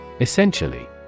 Essentially